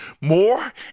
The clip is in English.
more